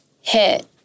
hit